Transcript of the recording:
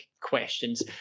questions